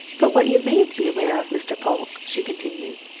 but what you mayn't be aware of, mr. polke, she continued,